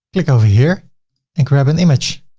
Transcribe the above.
click over here and grab an image.